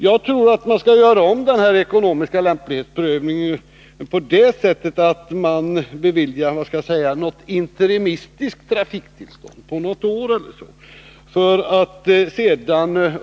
Jag tror att man skall göra om den ekonomiska lämplighetsprövningen på ett sådant sätt att man beviljar ett interimistiskt trafiktillstånd på ungefär ett år.